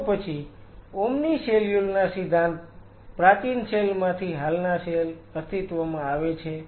તો પછી ઓમ્ની સેલ્યુલ ના સિદ્ધાંત પ્રાચીન સેલ માંથી હાલના સેલ અસ્તિત્વમાં આવે છે